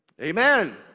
Amen